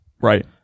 Right